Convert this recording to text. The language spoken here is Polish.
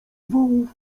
wołów